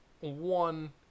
one